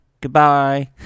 Goodbye